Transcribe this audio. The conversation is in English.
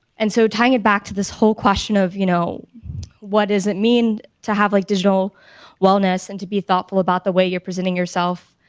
and so tying it back to this whole question of, you know what does it mean to have like digital wellness and to be thoughtful about the way you're presenting yourself?